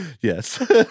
yes